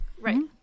Right